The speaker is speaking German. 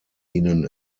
ihnen